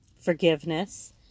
forgiveness